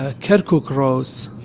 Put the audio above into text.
ah kirkuk roads,